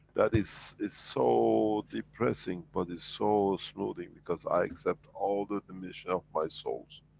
that is, it's so depressing, but is so. smoothing? because i accept all the dimensions of my souls.